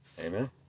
amen